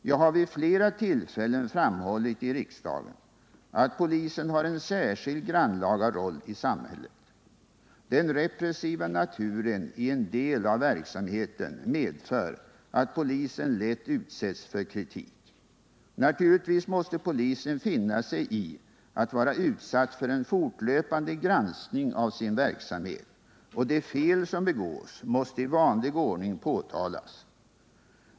Jag har vid flera tillfällen framhållit i riksdagen att polisen har en särskilt grannlaga roll i samhället. Den repressiva naturen i en del av verksamheten medför att polisen lätt utsätts för kritik. Naturligtvis måste polisen finna sig i att vara utsatt för en fortlöpande granskning av sin verksamhet, och de fel som begås måste i vanlig ordning påtalas.